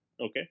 okay